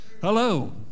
Hello